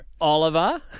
Oliver